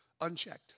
unchecked